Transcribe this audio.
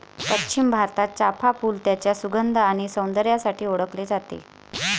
पश्चिम भारतात, चाफ़ा फूल त्याच्या सुगंध आणि सौंदर्यासाठी ओळखले जाते